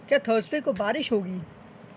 کیا Thursday کو بارش ہوگی